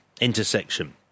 intersection